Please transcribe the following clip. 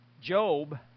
Job